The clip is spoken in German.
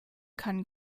kann